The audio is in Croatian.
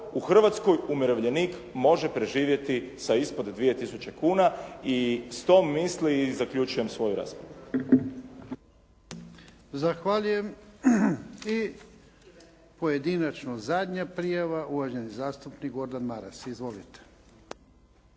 u Hrvatskoj umirovljenik može preživjeti sa ispod dvije tisuće kune i s tom misli zaključujem svoju raspravu. **Jarnjak, Ivan (HDZ)** Zahvaljujem. I pojedinačno zadnja prijava uvaženi zastupnik Gordan Maras. Izvolite.